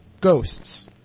ghosts